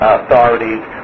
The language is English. authorities